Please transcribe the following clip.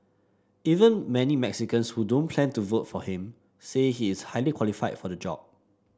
even many Mexicans who don't plan to vote for him say he is highly qualified for the job